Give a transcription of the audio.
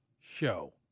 show